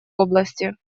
области